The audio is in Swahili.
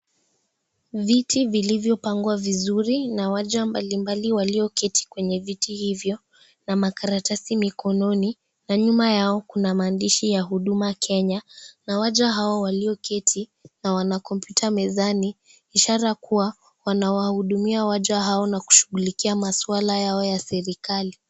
Viti vilivyo pangwa vizuri na waja mbalimbli walioketi kwenye viti hivo na makaratasi mikononi nyuma yao kuna maandishi ya huduma Kenya na waja hao walioketi na kompyuta mezani ishara kuwa wanawahudumia waja hawo na kushugulikia maswala yao ya serikali.